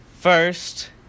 First